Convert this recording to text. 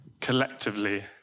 collectively